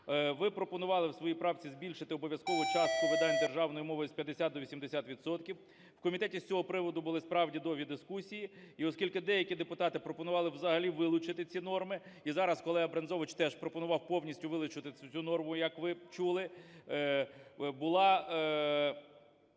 Ви пропонували у своїй правці збільшити обов'язкову частку видань державною мовою з 50 до 80 відсотків. У комітеті з цього приводу були справді довгі дискусії. І оскільки деякі депутати пропонували взагалі вилучити ці норми, і зараз колега Брензович теж пропонував повністю вилучити цю норму, як ви чули, була